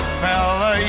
fella